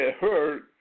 hurt